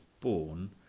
born